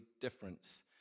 difference